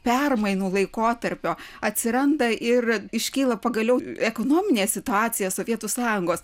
permainų laikotarpio atsiranda ir iškyla pagaliau ekonominė situacija sovietų sąjungos